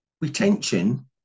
retention